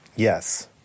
Yes